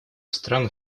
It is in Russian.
стран